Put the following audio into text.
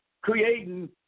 creating